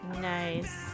Nice